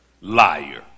liar